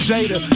Jada